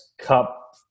Cup